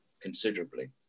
considerably